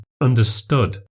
understood